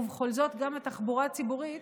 ובכל זאת גם התחבורה הציבורית,